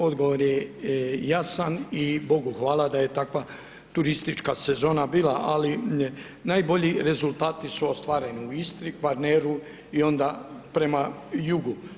Odgovor je jasan i Bogu hvala da je takva turistička sezona bila ali najbolji rezultati su ostvareni u Istri, Kvarneru i onda prema jugu.